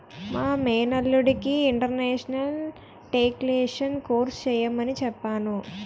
మా మేనల్లుడికి international taxation course చెయ్యమని చెప్పాను